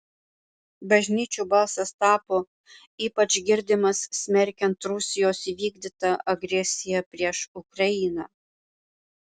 bažnyčių balsas tapo ypač girdimas smerkiant rusijos įvykdytą agresiją prieš ukrainą